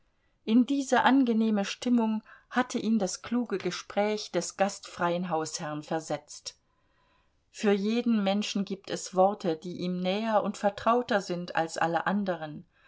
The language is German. in diese angenehme stimmung hatte ihn das kluge gespräch des gastfreien hausherrn versetzt für jeden menschen gibt es worte die ihm näher und vertrauter sind als alle anderen